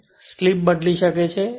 કારણ કે સ્લિપ બદલી શકે છે